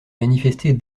manifestée